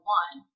one